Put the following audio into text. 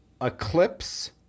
Eclipse